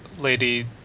Lady